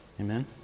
Amen